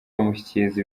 bamushyikiriza